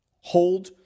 Hold